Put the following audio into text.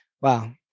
Wow